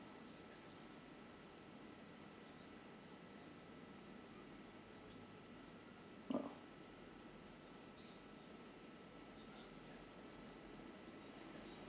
no